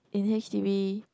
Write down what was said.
in H_d_B